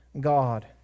God